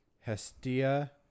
Hestia